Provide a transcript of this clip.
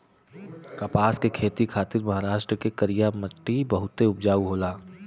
कपास के खेती खातिर महाराष्ट्र के करिया मट्टी बहुते उपजाऊ होला